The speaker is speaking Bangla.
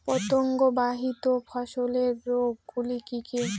পতঙ্গবাহিত ফসলের রোগ গুলি কি কি?